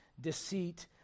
deceit